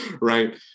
right